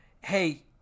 hey